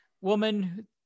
woman